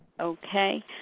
Okay